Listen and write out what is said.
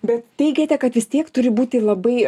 bet teigiate kad jis tiek turi būti labai